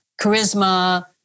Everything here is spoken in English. charisma